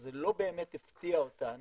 אז זה לא באמת הפתיע אותנו,